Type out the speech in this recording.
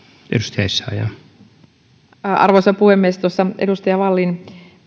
arvoisa puhemies kun tuossa edustaja wallin